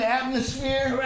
atmosphere